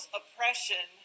oppression